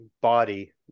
body